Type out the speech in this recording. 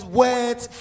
words